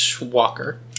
Walker